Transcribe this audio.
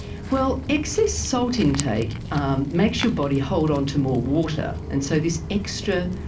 well, excess salt intake um makes your body hold on to more water, and so this extra